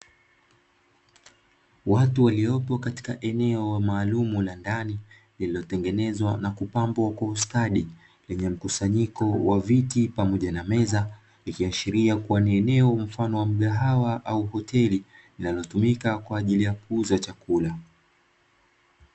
Watu waliopo katika eneo maalumu la ndani, lililotengenezwa na kupambwa kwa ustadi, lenye mkusanyiko wa viti pamoja na meza. Likiashiria kuwa ni eneo mfano wa mgahawa au hoteli, linalotumika kwa ajili ya kuuza chakula.